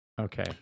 Okay